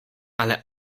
ale